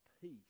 peace